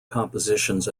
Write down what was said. compositions